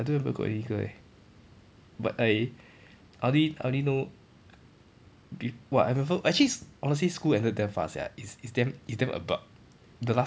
I don't remember got any girl eh but I I only I only know be !wah! I remember I actually honestly speaking school ended damn fast sia it's it's damn it's damn abrupt the last thing